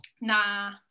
Nah